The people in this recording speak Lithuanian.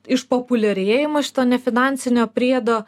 išpopuliarėjimas šito nefinansinio priedo